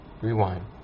Rewind